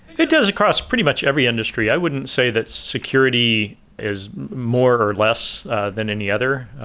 it does across pretty much every industry. i wouldn't say that security is more or less than any other.